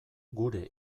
gure